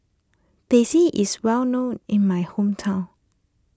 Teh C is well known in my hometown